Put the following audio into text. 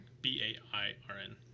B-A-I-R-N